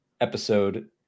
episode